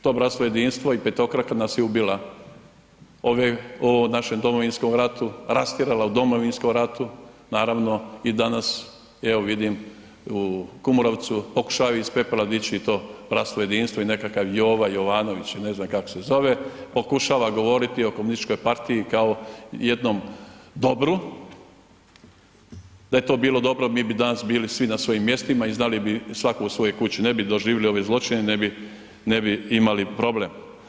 To bratstvo i jedinstvo i petokraka nas je ubila, u ovom našem Domovinskom ratu, rastjerala u Domovinskom ratu, naravno i danas je evo vidim u Kumrovcu, pokušaju iz pepela dići to bratstvo i jedinstvo i nekakav Kova Jovanović i ne znam kako se zove, pokušava govoriti o Komunističkoj partiji kao jednom dobru, da je to bilo dobro, mi bi danas bili svi na svojim mjestima i znali bi svako u svojoj kući, ne bi doživjeli ove zločine, ne bi imali problem.